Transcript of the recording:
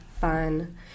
Fun